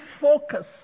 focus